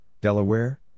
Delaware